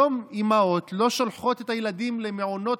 היום אימהות לא שולחות את הילדים למעונות